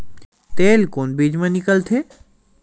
तेल कोन बीज मा निकलथे?